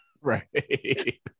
Right